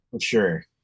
Sure